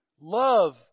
love